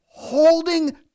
Holding